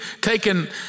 taken